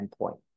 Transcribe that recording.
endpoint